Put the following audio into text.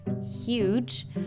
huge